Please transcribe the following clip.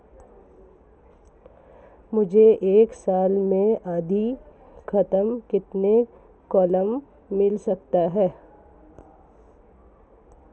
मुझे एक साल में अधिकतम कितने क्लेम मिल सकते हैं?